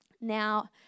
Now